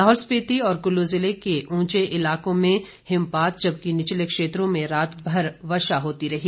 लाहौल स्पिति और कुल्लू जिले के उंचे इलाकों में हिमपात जबकि निचले क्षेत्रों में रात भर वर्षा होती रही